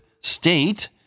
state